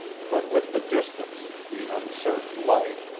but with the distance, the uncertain light,